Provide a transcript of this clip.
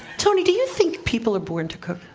tony, do you think people are born to cook?